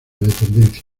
dependencia